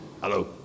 hello